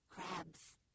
crabs